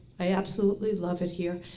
i absolutely love it here